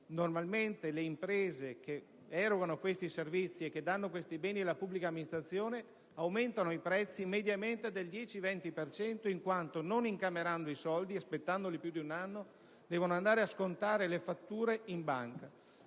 normalmente le imprese che erogano servizi e beni alla pubblica amministrazione aumentano i prezzi mediamente del 10-20 per cento in quanto, non incassando i soldi, aspettandoli per più di un anno, devono andare a scontare le fatture in banca.